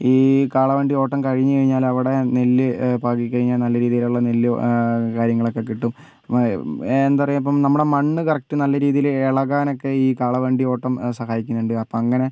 ഈ കാളവണ്ടി ഓട്ടം കഴിഞ്ഞ് കഴിഞ്ഞാൽ അവിടെ നെല്ല് പാകിക്കഴിഞ്ഞാൽ നല്ല രീതിയിലുള്ള നെല്ല് കാര്യങ്ങളൊക്കെ കിട്ടും എന്താണ് പറയുക ഇപ്പം നമ്മുടെ മണ്ണ് നല്ല കറക്റ്റ് രീതിയിൽ ഇളകാനൊക്കെ ഈ കാളവണ്ടിയോട്ടം സഹായിക്കുന്നുണ്ട് അപ്പോൾ അങ്ങനെ